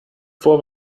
vor